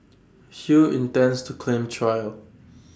Hui intends to claim trial